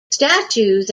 statues